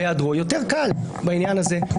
בהיעדרו יותר קל בעניין הזה.